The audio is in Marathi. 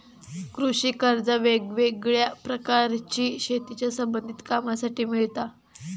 कृषि कर्जा वेगवेगळ्या प्रकारची शेतीच्या संबधित कामांसाठी मिळता